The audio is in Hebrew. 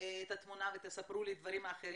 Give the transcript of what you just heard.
את התמונה ותספרו לי דברים אחרים,